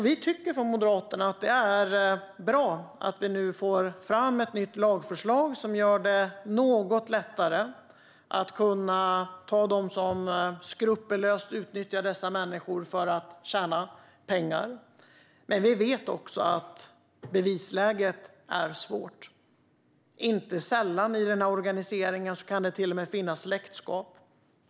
Vi tycker från Moderaternas sida att det är bra att vi nu får fram ett lagförslag som gör det något lättare att ta fast dem som skrupelfritt utnyttjar dessa människor för att tjäna pengar. Men vi vet också att bevisläget är svårt. Inte sällan kan det i organiseringen till och med finnas släktskap.